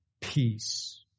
peace